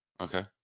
Okay